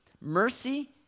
Mercy